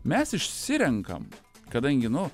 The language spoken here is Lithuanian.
mes išsirenkam kadangi nu